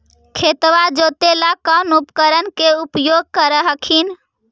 खेतबा जोते ला कौन उपकरण के उपयोग कर हखिन?